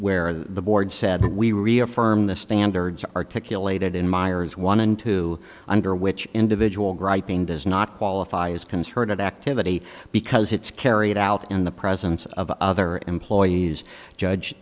where the board said we reaffirm the standards articulated in meyer's one and two two under which individual griping does not qualify as concerted activity because it's carried out in the presence of other employees judge